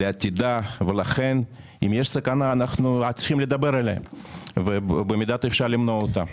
לעתידה ולכן אם יש סכנה אנו צריכים לדבר עליה ובמידת אפשר למנוע אותה.